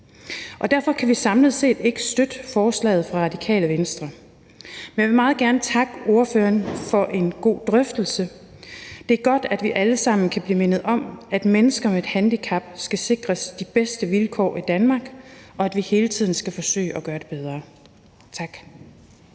Derfor kan vi samlet set ikke støtte forslaget fra Radikale Venstre, men jeg vil meget gerne takke ordførerne for en god drøftelse. Det er godt, at vi alle sammen kan blive mindet om, at mennesker med et handicap skal sikres de bedste vilkår i Danmark, og at vi hele tiden skal forsøge at gøre det bedre. Tak.